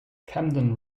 camden